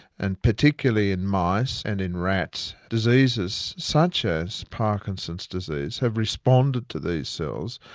and particularly in mice and in rats, diseases such as parkinson's disease, have responded to these cells,